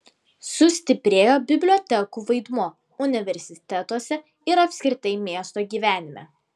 sustiprėjo bibliotekų vaidmuo universitetuose ir apskritai miesto gyvenime